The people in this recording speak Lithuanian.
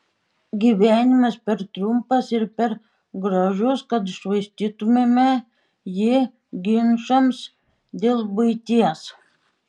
gyvenimas per trumpas ir per gražus kad švaistytumėme jį ginčams dėl buities